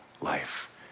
life